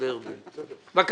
יש